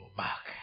back